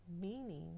meaning